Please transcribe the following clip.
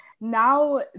now